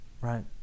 right